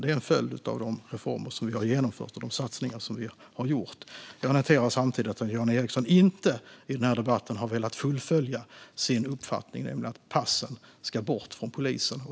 Det är en följd av de reformer som vi har genomfört och de satsningar som vi har gjort. Jag noterar samtidigt att Jan Ericson i den här debatten inte har velat fullfölja sin uppfattning att passen ska bort från polisen.